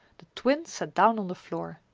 the twins sat down on the floor.